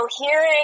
hearing